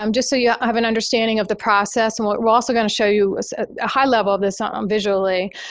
um just so you have an understanding of the process, and what we're also going to show you a high level of this ah um visually.